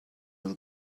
will